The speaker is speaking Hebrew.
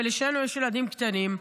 ולשנינו יש ילדים קטנים,